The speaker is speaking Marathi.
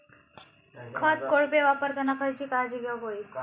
खत कोळपे वापरताना खयची काळजी घेऊक व्हयी?